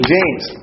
James